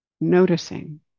noticing